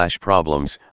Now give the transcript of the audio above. problems